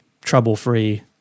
trouble-free